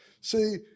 See